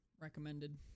Recommended